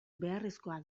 beharrezko